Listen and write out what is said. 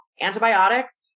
antibiotics